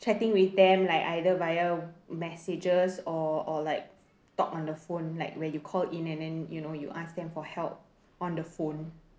chatting with them like either via messages or or like talk on the phone like when you call in and then you know you ask them for help on the phone